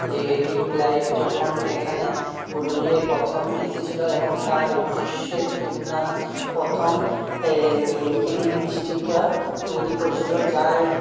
lady Clive যখন এখানে পুরুলিয়ায় পথম এসেছিলো এবং তার উদ্দেশ্যে ভীম নাগ প্রথম এই লেডিকেনি মিষ্টিটা তৈরি করেছিলো যার